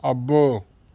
అబ్బో